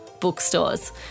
bookstores